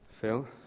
Phil